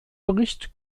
bericht